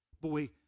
Boy